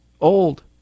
Old